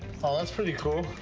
aw, that's pretty cool.